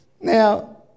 Now